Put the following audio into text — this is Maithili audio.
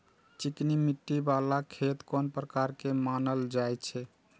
चिकनी मिट्टी बाला खेत कोन प्रकार के मानल जाय छै?